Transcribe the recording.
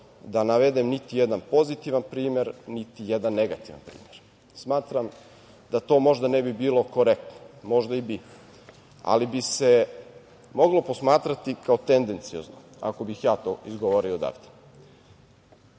da navedem niti jedan pozitivan primer, niti jedan negativan primer. Smatram da to možda ne bi bilo korektno, možda i bi, ali bi se moglo posmatrati kao tendenciozno, ako bih ja to izgovorio